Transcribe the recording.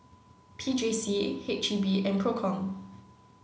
P J C H E B and PROCOM